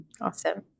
Awesome